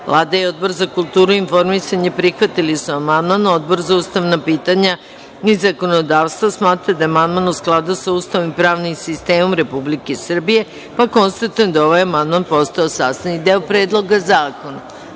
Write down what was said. Pek. Vlada i Odbor za kulturu i informisanje prihvatili su amandman. Odbor za ustavna pitanja i zakonodavstvo smatra da je amandman u skladu sa Ustavom i pravnim sistemom Republike Srbije. Konstatujem da je ovaj amandman postao sastavni deo Predloga zakona. Da